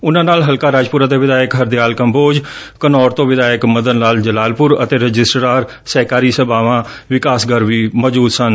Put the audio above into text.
ਉਨੂਾ ਨਾਲ ਹਲਕਾ ਰਾਜਪੁਰਾ ਦੇ ਵਿਧਾਇਕ ਹਰਦਿਆਲ ਕੰਬੋਜ ਘਨੋਰ ਤੋਂ ਵਿਧਾਇਕ ਮਦਨ ਲਾਲ ਜਲਾਲਪੁਰ ਅਤੇ ਰਜਿਸਟਰਾਰ ਸਹਿਕਾਰੀ ਸਭਾਵਾਂ ਵਿਕਾਸ ਗਰਗ ਵੀ ਮੌਜੁਦ ਸਨ